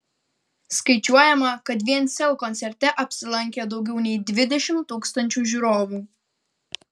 skaičiuojama kad vien sel koncerte apsilankė daugiau nei dvidešimt tūkstančių žiūrovų